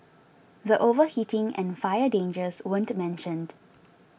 the overheating and fire dangers weren't mentioned